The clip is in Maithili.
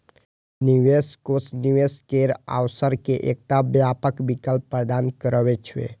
निवेश कोष निवेश केर अवसर के एकटा व्यापक विकल्प प्रदान करै छै